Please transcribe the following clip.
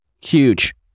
Huge